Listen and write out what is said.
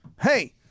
hey